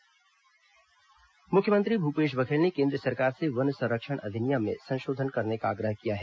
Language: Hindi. मुख्यमंत्री प्रधानमंत्री पत्र मुख्यमंत्री भूपेश बघेल ने केन्द्र सरकार से वन संरक्षण अधिनियम में संशोधन करने का आग्रह किया है